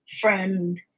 friend